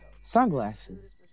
sunglasses